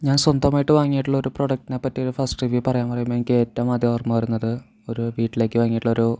ഞാൻ സ്വന്തമായിട്ട് വാങ്ങിയിട്ടുള്ള ഒരു പ്രോഡക്ടിനെപ്പറ്റി ഒരു ഫസ്റ്റ് റീവ്യൂ പറയാൻ പറയുമ്പോൾ എനിക്ക് ഏറ്റവും ആദ്യം ഓർമ്മ വരുന്നത് ഒരു വീട്ടിലേക്ക് വാങ്ങിയിട്ടുള്ള ഒരു